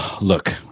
Look